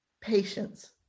patience